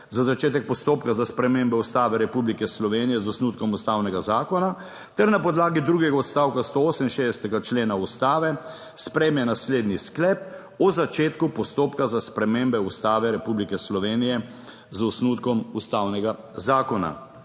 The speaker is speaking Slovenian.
Za začetek postopka za spremembo Ustave Republike Slovenije z osnutkom ustavnega zakona ter na podlagi drugega odstavka 168. člena Ustave sprejme naslednji sklep o začetku postopka za spremembe Ustave Republike Slovenije z osnutkom ustavnega zakona.